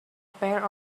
pair